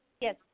Yes